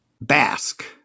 Basque